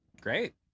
Great